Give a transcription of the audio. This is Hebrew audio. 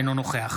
אינו נוכח